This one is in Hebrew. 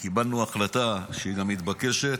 קיבלנו החלטה, שהיא גם מתבקשת,